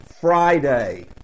Friday